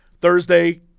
Thursday